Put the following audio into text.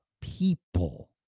people